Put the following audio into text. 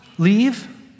Leave